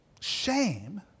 shame